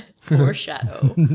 foreshadow